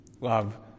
Love